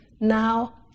now